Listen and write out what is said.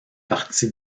partie